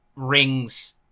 rings